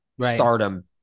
stardom